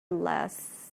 less